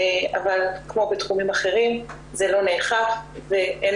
אבל כמו בתחומים אחרים זה לא נאכף ואין